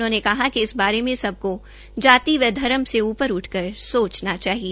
उन्होंने कहा कि इस बारे में सबकों जाति व धर्म से ऊपर उठकर सोचना चाहिए